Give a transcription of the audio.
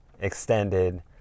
extended